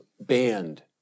banned